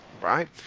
right